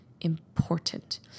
important